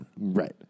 Right